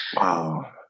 Wow